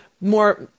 more